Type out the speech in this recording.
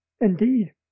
Indeed